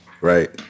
right